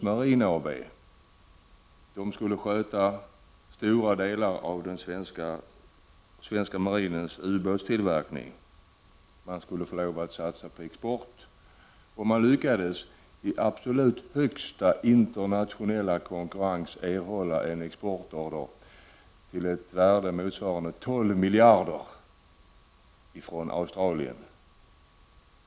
Företaget skulle sköta stora delar av den svenska marinens ubåtstillverkning. Man skulle få lov att satsa på export, och man lyckades i absolut högsta internationella konkurrens erhålla en exportorder till ett värde motsvarande 12 miljarder kronor från Australien.